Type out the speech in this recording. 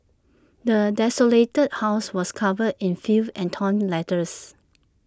the desolated house was covered in filth and torn letters